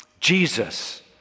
Jesus